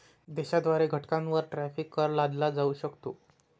देशाद्वारे घटकांवर टॅरिफ कर लादला जाऊ शकतो